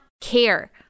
care